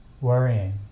worrying